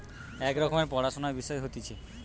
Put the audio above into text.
এক রকমের পড়াশুনার বিষয় হতিছে